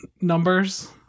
numbers